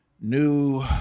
new